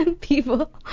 people